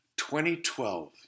2012